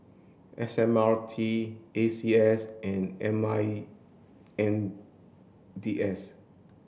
S M R T A C S and M I N D S